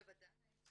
בוודאי.